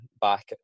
back